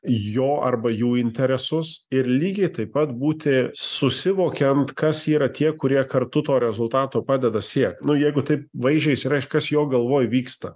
jo arba jų interesus ir lygiai taip pat būti susivokiant kas yra tie kurie kartu to rezultato padeda siekt nuo jeigu taip vaisiais išsireikšt kas jo galvoj vyksta